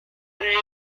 ryota